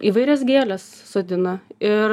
įvairias gėles sodina ir